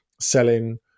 selling